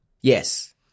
Yes